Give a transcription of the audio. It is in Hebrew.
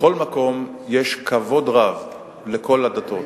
בכל מקום יש כבוד רב לכל הדתות,